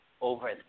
over